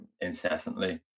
incessantly